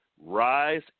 Rise